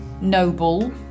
noble